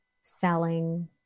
selling